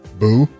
boo